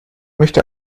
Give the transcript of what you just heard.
möchte